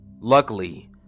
Luckily